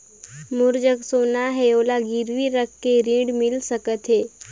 मोर जग सोना है ओला गिरवी रख के ऋण मिल सकथे?